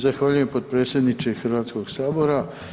Zahvaljujem potpredsjedniče Hrvatskog sabora.